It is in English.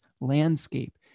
landscape